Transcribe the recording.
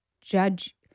judge